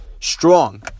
strong